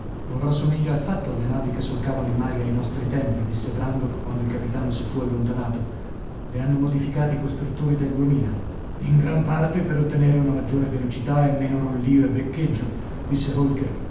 non rassomiglia affatto alle navi che solcavano i mari ai nostri tempi disse brandok quando il capitano si fu allontanato le hanno modificate i costruttori del duemila in gran parte per ottenere una maggiore velocità e meno rollio e beccheggio disse